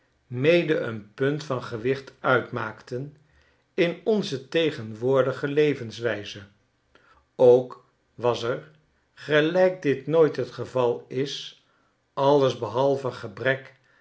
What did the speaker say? een punt van gewicht uitmaakten in onze tegenwoordige levenswijze ook was er gelijk dit nooit het geval is alles behalve gebrek